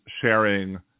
sharing